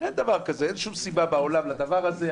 אין דבר כזה, אין שום סיבה בעולם לדבר הזה.